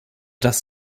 dass